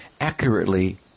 accurately